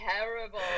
terrible